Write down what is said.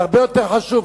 זה הרבה יותר חשוב.